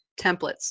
templates